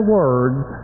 words